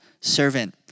servant